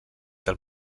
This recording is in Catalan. del